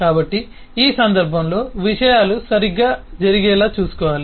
కాబట్టి ఈ సందర్భంలో విషయాలు సరిగ్గా జరిగేలా చూసుకోవాలి